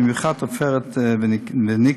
במיוחד עופרת וניקל,